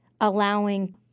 allowing